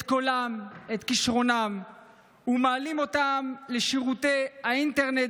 את קולם ואת כישרונם ומעלים אותם לשירותי האינטרנט